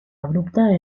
abrupta